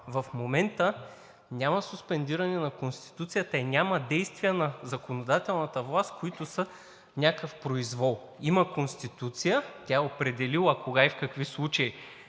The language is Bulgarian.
В момента няма суспендиране на Конституцията и няма действия на законодателната власт, които са някакъв произвол. Има Конституция, тя е определила кога и в какви случаи